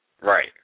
Right